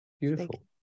beautiful